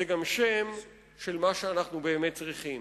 אלא גם שם של מה שאנחנו באמת צריכים.